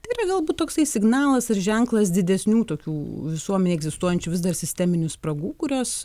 tai yra galbūt toksai signalas ir ženklas didesnių tokių visuomenėj egzistuojančių vis dar sisteminių spragų kurios